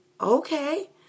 okay